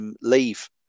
Leave